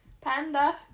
Panda